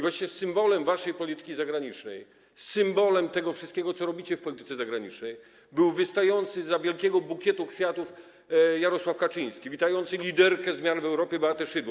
Wreszcie symbolem waszej polityki zagranicznej, symbolem tego wszystkiego, co robicie w polityce zagranicznej, był wystający zza wielkiego bukietu kwiatów Jarosław Kaczyński witający liderkę zmian w Europie Beatę Szydło.